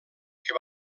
que